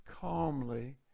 calmly